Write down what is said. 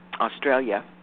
Australia